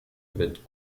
wird